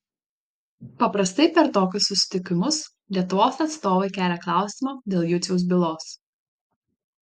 paprastai per tokius susitikimus lietuvos atstovai kelia klausimą dėl juciaus bylos